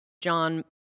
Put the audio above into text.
John